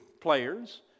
players